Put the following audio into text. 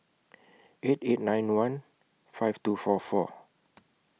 eight eight nine one five two four four